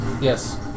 Yes